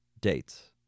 dates